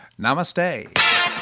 Namaste